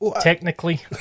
Technically